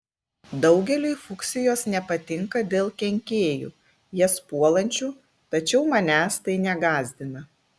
daugeliui fuksijos nepatinka dėl kenkėjų jas puolančių tačiau manęs tai negąsdina